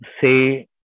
say